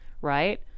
Right